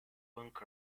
punk